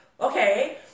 okay